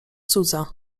cudza